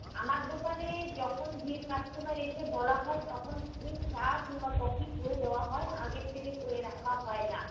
আমার দোকানে যখন যে কাস্টমার এসে বলা হয় তখনই চা কিংবা কফি করে দেওয়া হয় আগের থেকে করে রাখা হয় না